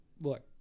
look